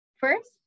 First